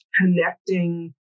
connecting